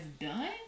done